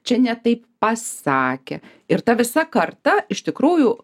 čia ne taip pasakė ir ta visa karta iš tikrųjų